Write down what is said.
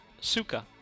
Suka